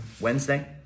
wednesday